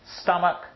stomach